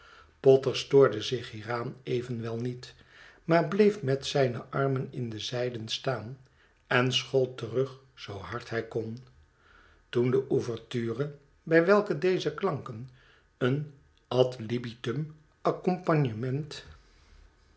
stoorde zich hieraan evenwel niet maar bleef met zijne armen in de zijden staan en schold terug zoo hard hij kon toen de ouverture bij welke deze klanken een ad libitum accompagnement